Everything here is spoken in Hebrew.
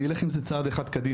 אני אלך עם זה צעד אחד קדימה,